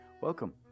Welcome